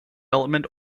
element